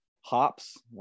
hops